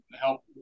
help